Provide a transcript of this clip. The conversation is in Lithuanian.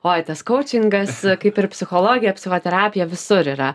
oi tas kaučingas kaip ir psichologija psichoterapija visur yra